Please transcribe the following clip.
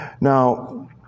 Now